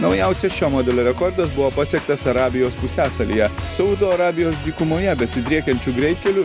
naujausias šio modelio rekordas buvo pasiektas arabijos pusiasalyje saudo arabijos dykumoje besidriekiančiu greitkeliu